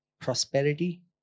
prosperity